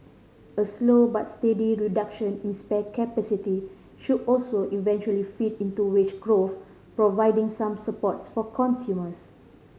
a slow but steady reduction in spare capacity should also eventually feed into wage growth providing some supports for consumers